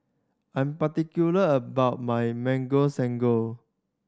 I'm particular about my Mango Sago